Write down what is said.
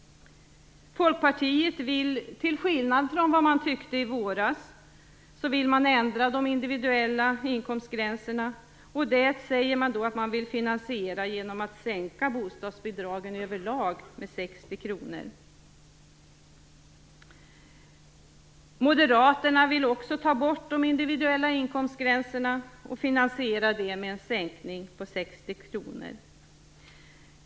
Folkpartiet vill, till skillnad från vad man tyckte i våras, nu ändra de individuella inkomstgränserna, och detta vill man finansiera genom att sänka bostadsbidragen över lag med 60 kr. Moderaterna vill också ta bort de individuella inkomstgränserna och finansiera detta med en sänkning på 60 kr.